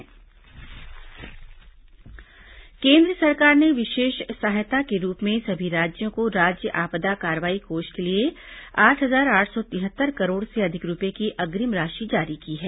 Covid राज्य आपदा कोष केन्द्र सरकार ने विशेष सहायता के रूप में सभी राज्यों को राज्य आपदा कार्रवाई कोष के लिए आठ हजार आठ सौ तिहत्तर करोड़ से अधिक रुपये की अग्रिम राशि जारी की है